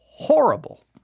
Horrible